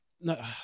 no